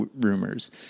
rumors